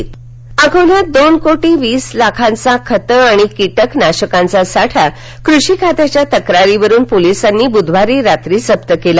सचिन देशपांडे अकोला अकोल्यात दोन कोटी वीस लाखांचा खतं आणि कीटकनाशकांचा साठा कृषी खात्याच्या तक्रारीवरुन पोलिसांनी बुधवारी रात्री जप्त केला